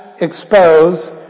expose